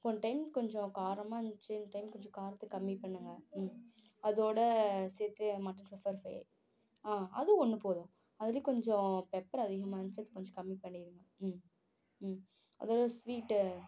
போன டைம் கொஞ்சம் காரமாக இருந்திச்சு இந்த டைம் கொஞ்சம் காரத்தை கம்மி பண்ணுங்கள் அதோட சேர்த்து மட்டன் பெப்பர் ஃபிரை ஆ அதுவும் ஒன்று போதும் அதுலையும் கொஞ்சம் பெப்பர் அதிகமாக இருந்துச்சு கொஞ்ச கம்மி பண்ணிவிடுங்க ம் ம் அதோட ஸ்வீட்டு